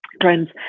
Friends